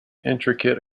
intricate